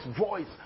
voice